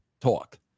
talk